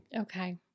Okay